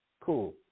cool